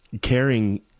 caring